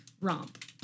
romp